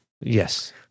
Yes